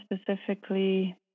specifically